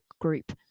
group